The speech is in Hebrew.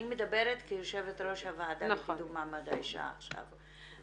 אני מדברת כיושבת-ראש הוועדה לקידום מעמד האישה עכשיו.